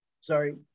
Sorry